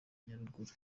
nyaruguru